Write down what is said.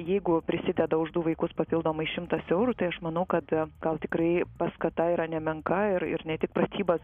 jeigu prisideda už du vaikus papildomai šimtas eurų tai aš manau kad gal tikrai paskata yra nemenka ir ir ne tik pratybas